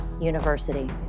University